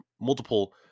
multiple